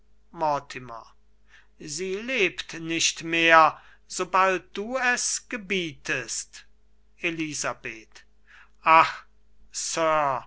sie lebt nicht mehr sobald du es gebietest elisabeth ach